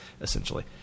essentially